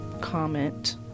comment